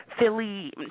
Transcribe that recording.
Philly